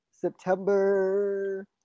September